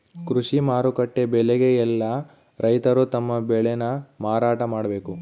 ಕೃಷಿ ಮಾರುಕಟ್ಟೆ ಬೆಲೆಗೆ ಯೆಲ್ಲ ರೈತರು ತಮ್ಮ ಬೆಳೆ ನ ಮಾರಾಟ ಮಾಡ್ಬೇಕು